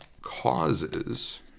causes